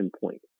point